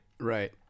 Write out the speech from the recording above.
Right